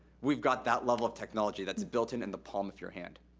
we've got that level of technology that's built in in the palm of your hand.